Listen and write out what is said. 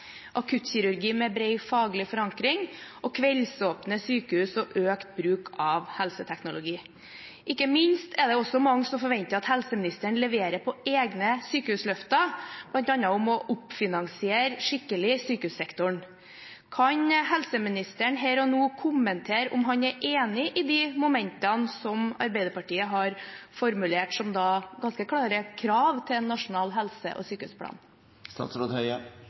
akuttkirurgi med bred faglig forankring, kveldsåpne sykehus og økt bruk av helseteknologi. Ikke minst er det også mange som forventer at helseministeren leverer på egne sykehusløfter, bl.a. om å oppfinansiere sykehussektoren skikkelig. Kan helseministeren her og nå kommentere om han er enig i de momentene som Arbeiderpartiet har formulert, som er ganske klare krav til Nasjonal helse- og sykehusplan?